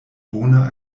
bona